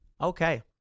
Okay